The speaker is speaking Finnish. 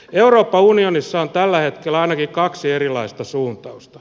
euroopan unionissa on tällä hetkellä ainakin kaksi erilaista suuntausta